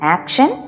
Action